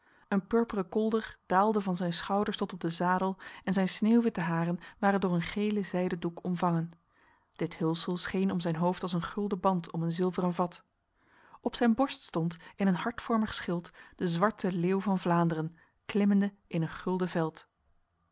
een purperen kolder daalde van zijn schouders tot op de zadel en zijn sneeuwwitte haren waren door een gele zijden doek omvangen dit hulsel scheen om zijn hoofd als een gulden band om een zilveren vat op zijn borst stond in een hartvormig schild de zwarte leeuw van vlaanderen klimmende in een gulden veld